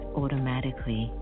automatically